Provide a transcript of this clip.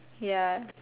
ya